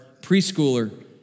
preschooler